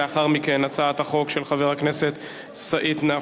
לאחר מכן, הצעת החוק של חבר הכנסת סעיד נפאע.